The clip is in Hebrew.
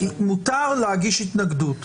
מותר להגיש התנגדות